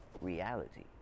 Reality